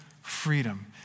freedom